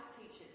teachers